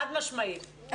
חד משמעית.